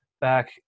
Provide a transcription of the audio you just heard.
back